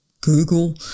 Google